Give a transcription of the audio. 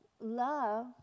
love